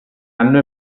anno